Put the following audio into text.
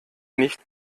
nicht